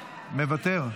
מוותר,